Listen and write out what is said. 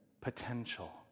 potential